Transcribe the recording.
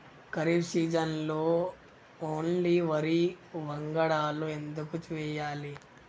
ఖరీఫ్ సీజన్లో ఓన్లీ వరి వంగడాలు ఎందుకు వేయాలి?